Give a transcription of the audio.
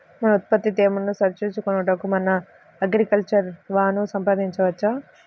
మన ఉత్పత్తి తేమను సరిచూచుకొనుటకు మన అగ్రికల్చర్ వా ను సంప్రదించవచ్చా?